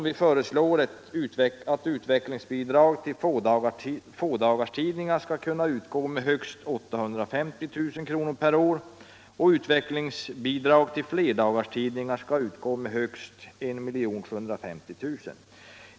Vi föreslår därför att utvecklingsbidrag till fådagarstidningar skall kunna utgå med högst 850 000 kr. per år och att utvecklingsbidrag till flerdagarstidningar skall utgå med högst 1 750 000 kr.